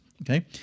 okay